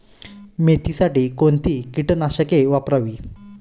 मेथीसाठी कोणती कीटकनाशके वापरावी?